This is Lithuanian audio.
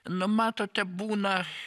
na matote būna